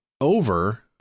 over